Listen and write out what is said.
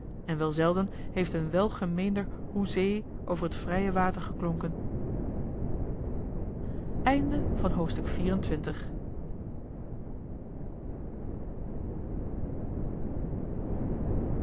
en wel zelden heeft een welgemeender hoezee over het vrije water geklonken